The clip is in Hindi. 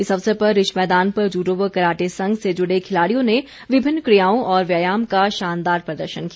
इस अवसर पर रिज मैदान पर जूडो व कराटे संघ से जुड़े खिलाड़ियों ने विभिन्न क्रियाओं और व्यायाम का शानदार प्रदर्शन किया